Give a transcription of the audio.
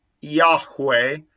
Yahweh